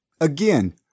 Again